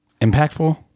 Impactful